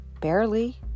barely